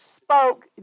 spoke